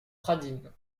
pradines